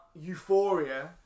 euphoria